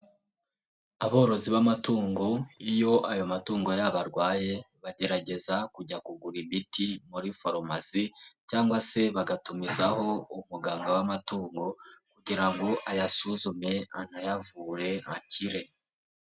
Aborozi b'amatungo iyo ayo matungo yabo arwaye bagerageza kujya kugura imiti muri farumasi cyangwa se bagatumizaho umuganga w'amatungo kugira ngo ayasuzume anayavure akire.